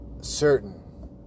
certain